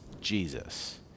Jesus